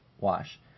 wash